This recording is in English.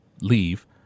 leave